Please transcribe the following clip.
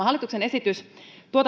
hallituksen esitys